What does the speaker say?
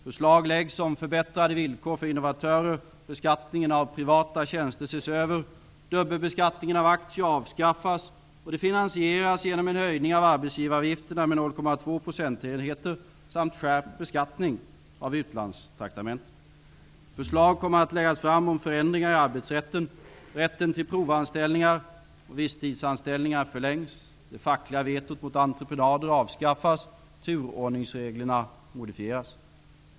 Förslag läggs fram om förbättrade villkor för innovatörer. Förslag kommer att läggas fram om förändringar i arbetsrätten. Rätten till provanställningar och visstidsanställningar förlängs. Det fackliga vetot mot entreprenader avskaffas. Turordningsreglerna modifieras.